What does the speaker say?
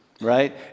right